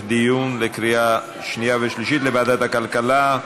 דיון לקריאה שנייה ושלישית לוועדת הכלכלה.